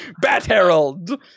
Bat-Herald